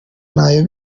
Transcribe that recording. ntayo